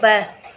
ब॒